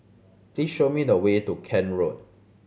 please show me the way to Kent Road